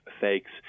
fakes